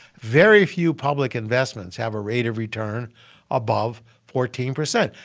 very few public investments have a rate of return above fourteen percent.